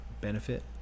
benefit